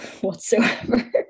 whatsoever